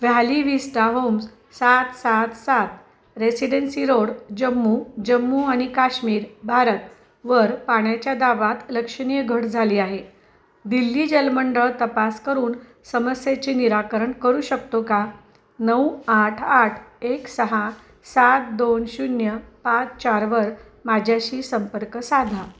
valley vista homes सात सात सात रेसिडेन्सी रोड जम्मू जम्मू आणि काश्मीर भारतवर पाण्याच्या दाबात लक्षणीय घट झाली आहे दिल्ली जल मंडळ तपास करून समस्येचे निराकरण करू शकतो का नऊ आठ आठ एक सहा सात दोन शून्य पाच चारवर माझ्याशी संपर्क साधा